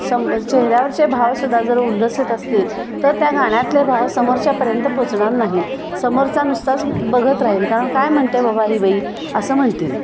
सम चेहऱ्यावरचे भाव सुद्धा जर उल्हसित असतील तर त्या गाण्यातले भाव समोरच्यापर्यंत पोचणार नाहीत समोरचा नुसताच बघत राहील कारण काय म्हणते आहे बाबा ही बाई असं म्हणतील